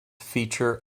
feature